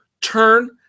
turn